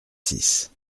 six